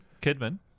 Kidman